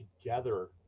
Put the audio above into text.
together